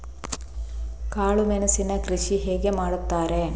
ಕಾಳು ಮೆಣಸಿನ ಕೃಷಿ ಹೇಗೆ ಮಾಡುತ್ತಾರೆ?